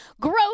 Growth